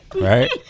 right